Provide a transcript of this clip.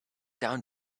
down